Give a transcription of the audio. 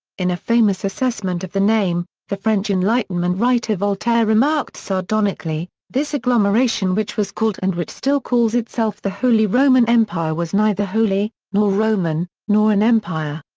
in a famous assessment of the name, the french enlightenment writer voltaire remarked sardonically this agglomeration which was called and which still calls itself the holy roman empire was neither holy, nor roman, nor an empire.